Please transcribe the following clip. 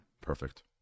Perfect